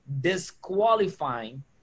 disqualifying